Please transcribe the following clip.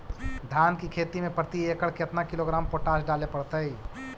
धान की खेती में प्रति एकड़ केतना किलोग्राम पोटास डाले पड़तई?